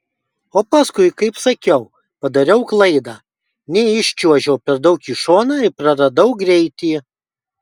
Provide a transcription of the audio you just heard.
o paskui kaip sakiau padariau klaidą neiščiuožiau per daug į šoną ir praradau greitį